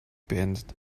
beendet